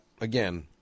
again